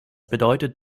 bedeutet